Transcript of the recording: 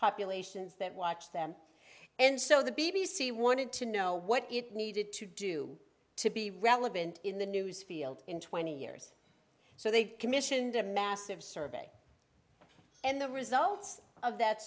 populations that watch them and so the b b c wanted to know what it needed to do to be relevant in the news field in twenty years so they commissioned a massive survey and the results of that